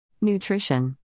Nutrition